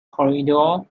corridor